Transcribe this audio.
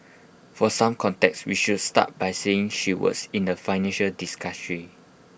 for some context we should start by saying she works in the financial